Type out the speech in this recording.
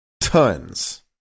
tons